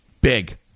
Big